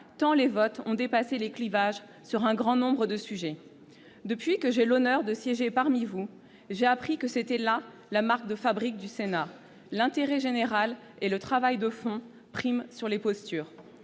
tant les votes ont dépassé les clivages sur un grand nombre de sujets. Depuis que j'ai l'honneur de siéger parmi vous, j'ai appris que c'était là la marque de fabrique du Sénat : l'intérêt général et le travail de fond priment les postures.